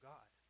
God